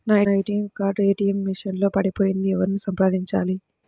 నా ATM card ATM machine లో పడిపోయింది ఎవరిని సంప్రదించాలి?